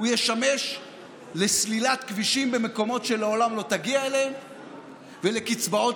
הוא ישמש לסלילת כבישים במקומות שלעולם לא תגיע אליהם ולקצבאות